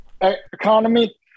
economy